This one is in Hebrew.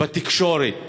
בתקשורת